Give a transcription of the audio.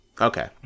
okay